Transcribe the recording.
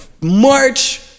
march